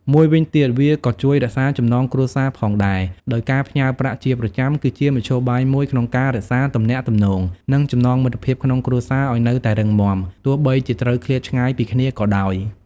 មួយវិញទៀតវាក៏ជួយរក្សាចំណងគ្រួសារផងដែរ ដោយការផ្ញើប្រាក់ជាប្រចាំ គឺជាមធ្យោបាយមួយក្នុងការរក្សាទំនាក់ទំនង និងចំណងមិត្តភាពក្នុងគ្រួសារឲ្យនៅតែរឹងមាំ ទោះបីជាត្រូវឃ្លាតឆ្ងាយពីគ្នាក៏ដោយ។